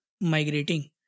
migrating